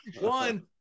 One